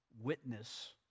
witness